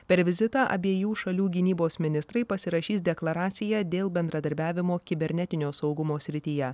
per vizitą abiejų šalių gynybos ministrai pasirašys deklaraciją dėl bendradarbiavimo kibernetinio saugumo srityje